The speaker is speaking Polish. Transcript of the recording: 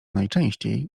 najczęściej